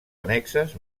annexes